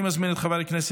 אני מזמין את חבר הכנסת